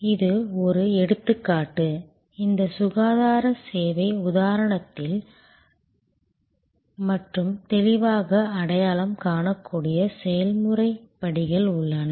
இது ஒரு எடுத்துக்காட்டு இந்த சுகாதார சேவை உதாரணத்தில் நகலெடுக்கக்கூடிய மற்றும் தெளிவாக அடையாளம் காணக்கூடிய செயல்முறை படிகள் உள்ளன